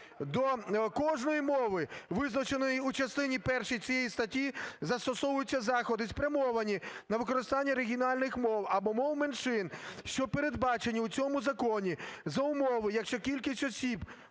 "До кожної мови, визначеної в частині першій цієї статті, застосовуються заходи, спрямовані на використання регіональних мов або мов меншин, що передбачені у цьому законі, за умови, якщо кількість осіб